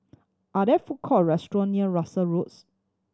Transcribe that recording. are there food court restaurant near Russel Roads